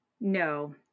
No